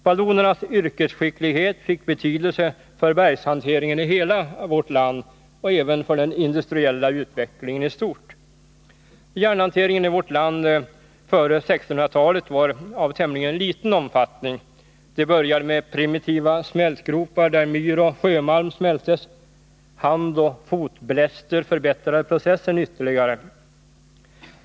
Vallonernas yrkesskicklighet fick betydelse för bergshanteringen i hela vårt land och även för den industriella utvecklingen i stort. Järnhanteringen i vårt land före 1600-talet var av tämligen liten omfattning. Det började med primitiva smältgropar där myroch sjömalm smältes. Handoch fotbläster förbättrade processen ytterligare.